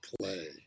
play